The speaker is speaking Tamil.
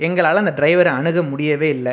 எங்களால் அந்த டிரைவர்ரை அணுக முடியவே இல்லை